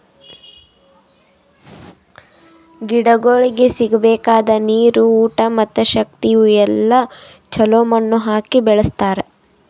ಗಿಡಗೊಳಿಗ್ ಸಿಗಬೇಕಾದ ನೀರು, ಊಟ ಮತ್ತ ಶಕ್ತಿ ಇವು ಎಲ್ಲಾ ಛಲೋ ಮಣ್ಣು ಹಾಕಿ ಬೆಳಸ್ತಾರ್